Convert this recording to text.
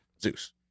Zeus